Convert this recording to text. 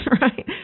right